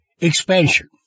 expansion